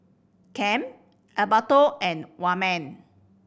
Kem Alberto and Wayman